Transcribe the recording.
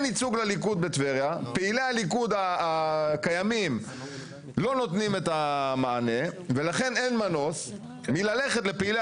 פעילי הליכוד הקיימים לא נותנים את המענה ולכן אין מנוס מללכת לפעילי